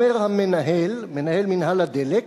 אומר: "המנהל" מנהל מינהל הדלק,